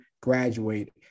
graduate